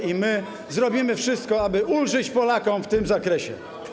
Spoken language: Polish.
I my zrobimy wszystko, aby ulżyć Polakom w tym zakresie.